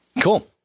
Cool